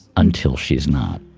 until she is not.